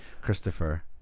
Christopher